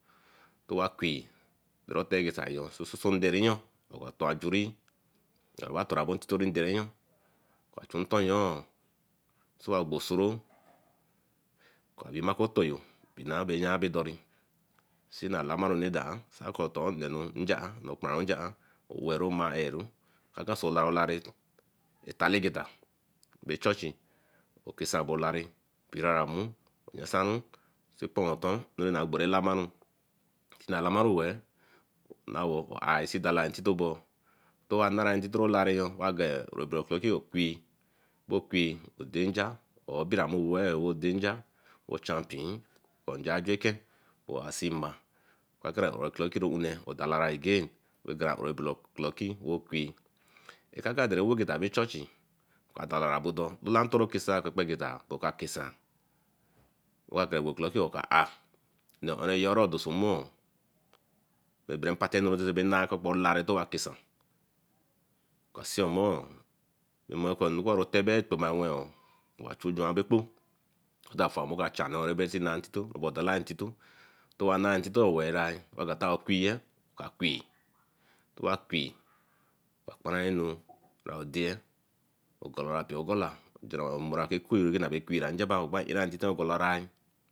Towa qui do ro oto-egeta yo sosotonn otor ajuri ekereba intito nde nye o, ka chu nteyoõ so wa gbo osoroõ w na okuotoryo binabe yabedon see m yamanu duran ako torn injian no ekparovic injianath wens mai eru kasclarelare etalege beh churchi, okeshan bo-clare biraramu, wesannu, see kpon oten berre tamaru tin mai lamaru Weeh, are seen dala intito ba. tinwa mari intitolare are both obere-clockiyo qui. Bo qui danja or biramu weet oo danja chan pee nja ajuenke or see mai tin eguan oro- clocki tin Ounce Odalara again gwan oro-clocki co qui. (unintelligent) churchi okadalara bodo oka kesan tene eguan teeh-beclocki orkaah̃ are ounun yere yaree doso mmuo bah partey anu abe nah lare bah kesan. Okanseen omoõ omoko tebo kpobaimo uwa chu see nay intisto, tinwa naye intito werah eka bo nton abore quiye oka qui yoba qui okaparan anu gowe deey ogalaru pee ogala gwen ke qui injaba era ogalarae.